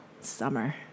summer